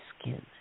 skin